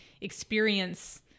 experience